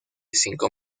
cinco